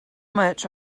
much